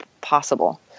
possible